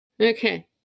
Okay